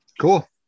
cool